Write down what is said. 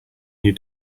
new